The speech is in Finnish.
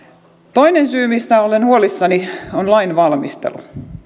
toinen syy mistä olen huolissani on lainvalmistelu